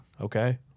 Okay